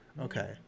Okay